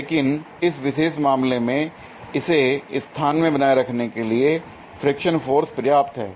लेकिन इस विशेष मामले में इसे स्थान में बनाए रखने के लिए फ्रिक्शनल फोर्स पर्याप्त है